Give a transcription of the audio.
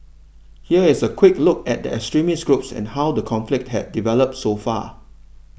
here is a quick look at the extremist groups and how the conflict has developed so far